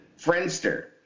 Friendster